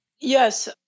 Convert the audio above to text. Yes